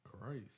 Christ